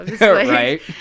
right